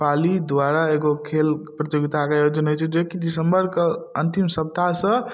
पाली द्वारा एगो खेल प्रतियोगिताके आयोजन होइ छै जेकि दिसम्बरके अन्तिम सप्ताहसँ